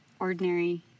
ordinary